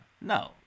No